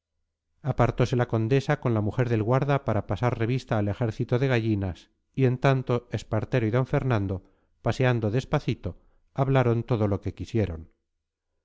apartose la condesa con la mujer del guarda para pasar revista al ejército de gallinas y en tanto espartero y d fernando paseando despacito hablaron todo lo que quisieron